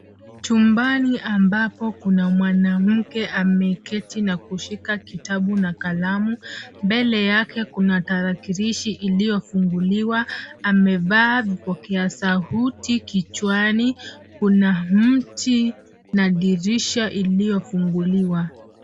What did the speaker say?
Chumbani ambapo kuna mwanamke ameketi na kushika kitabu na kalamu. Mbele yake kuna tarakilishi iliyofunguliwa amevaa vidole sauti kichwani. kuna mti na dirisha iliyofunguliwa .